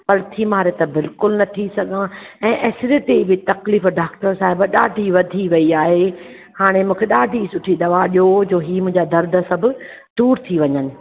पलथी मारे त बिल्कुलु न थी सघां ऐं ऐसिडिटी जी तकलीफ़ डाक्टर साहिबु ॾाढी वधी वेई आहे हाणे मूंखे ॾाढी सुठी दवा ॾियो जो ई मुंहिंजा दर्द सभु दूरि थी वञनि